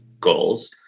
goals